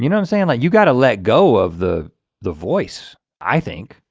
you know i'm saying that you gotta let go of the the voice i think.